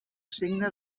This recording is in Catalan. signe